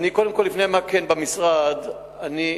קודם כול, לפני מה כן במשרד, אני רוצה,